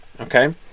Okay